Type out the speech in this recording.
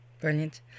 Brilliant